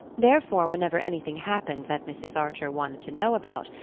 therefore, whenever anything happened that mrs. archer wanted to know about,